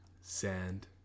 Sand